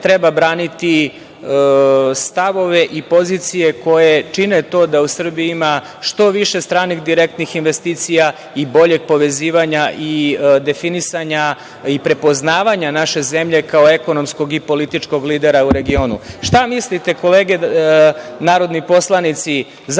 treba braniti stavove i pozicije koje čine to da u Srbiji ima što više stranih direktnih investicija, boljeg povezivanja, definisanja i prepoznavanja naše zemlje, kao ekonomskog i političkog lidera u regionu. Šta mislite, kolege narodni poslanici, zašto